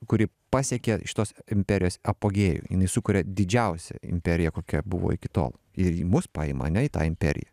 kuri pasiekė šitos imperijos apogėjų jinai sukuria didžiausią imperiją kokia buvo iki tol ir ji mus paima ane į tą imperiją